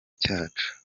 cyacu